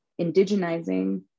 indigenizing